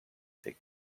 take